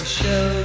show